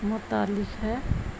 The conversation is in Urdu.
متعلق ہے